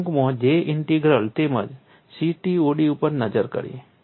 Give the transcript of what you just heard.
આપણે ટૂંકમાં J integral તેમજ CTOD ઉપર નજર કરી